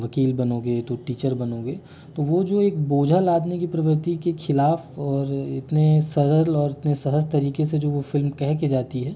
वकील बनोगे तो टीचर बनोगे तो वह जो एक बोझा लादने की प्रवृति के खिलाफ़ और इतने सरल और इतने सहज तरीके से जो वो फ़िल्म कह कर जाती है